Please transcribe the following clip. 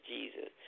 Jesus